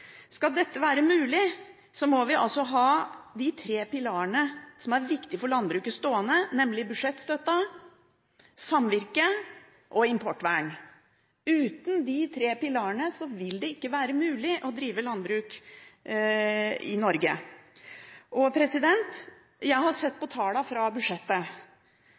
Skal dette være mulig, må vi ha stående de tre pilarene som er viktig for landbruket, nemlig budsjettstøtte, samvirke og importvern. Uten de tre pilarene vil det ikke være mulig å drive landbruk i Norge. Jeg har sett på tallene fra budsjettet